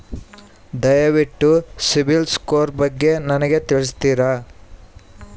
ದಯವಿಟ್ಟು CIBIL score ಬಗ್ಗೆ ನನಗೆ ತಿಳಿಸ್ತೀರಾ?